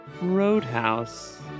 roadhouse